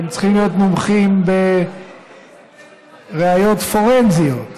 הם צריכים להיות מומחים בראיות פורנזיות,